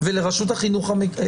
ולרשות החינוך המקומית.